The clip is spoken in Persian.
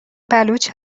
بلوچ